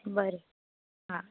बरें आं